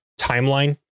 timeline